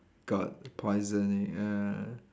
got poisoning ah